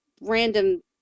random